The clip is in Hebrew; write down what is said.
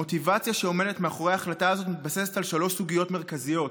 המוטיבציה שעומדת מאחורי ההחלטה הזאת מתבססת על שלוש סוגיות מרכזיות: